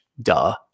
duh